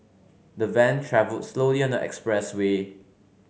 the van travelled slowly on the expressway